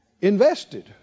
Invested